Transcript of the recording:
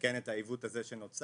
לתקן את העיוות הזה שנוצר,